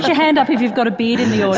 hand up if you've got a beard in the